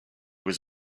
was